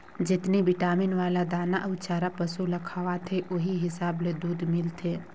जेतनी बिटामिन वाला दाना अउ चारा पसु ल खवाथे ओहि हिसाब ले दूद मिलथे